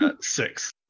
six